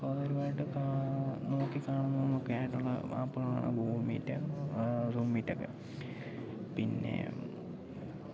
കൗതുകകരമായിട്ട് ക നോക്കി കാണുന്നതുമൊക്കെയായിട്ടുള്ള ആപ്പുകളാണ് ഗൂഗിൾ മീറ്റ് സൂം മീറ്റൊക്കെ പിന്നെ